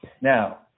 Now